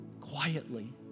quietly